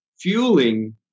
fueling